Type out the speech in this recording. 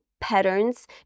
patterns